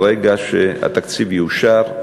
ברגע שהתקציב יאושר,